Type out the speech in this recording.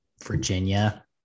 Virginia